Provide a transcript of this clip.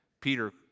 Peter